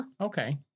Okay